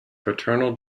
paternal